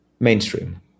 Mainstream